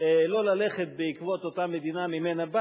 ולא ללכת בעקבות אותה מדינה שממנה באתי,